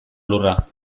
lurra